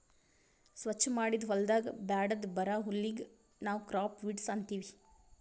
ಸ್ವಚ್ ಮಾಡಿದ್ ಹೊಲದಾಗ್ ಬ್ಯಾಡದ್ ಬರಾ ಹುಲ್ಲಿಗ್ ನಾವ್ ಕ್ರಾಪ್ ವೀಡ್ಸ್ ಅಂತೀವಿ